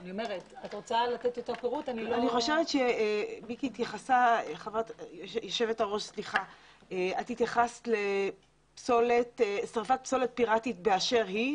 אני חושבת שיושבת הראש התייחסה לשריפת פסולת פירטית באשר היא.